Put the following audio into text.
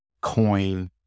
coin